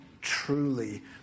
Truly